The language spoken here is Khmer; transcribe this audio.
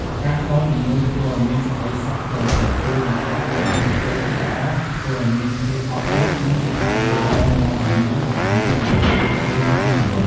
ការផ្តល់ជំនួយធ្វើឲ្យមានសេចក្តីសុខផ្លូវចិត្ត ជួយបង្កើតមូលដ្ឋានផ្លូវចិត្តល្អ ធ្វើឲ្យមានភាពអត់ធ្មត់ និងជាថាមពលល្អនាំឲ្យមានសំណាង និងភាពជោគជ័យក្នុងជីវិត។